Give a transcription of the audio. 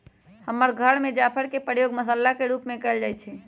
हमर घर में जाफर के प्रयोग मसल्ला के रूप में कएल जाइ छइ